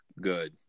good